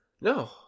No